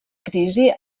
crisi